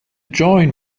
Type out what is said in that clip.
join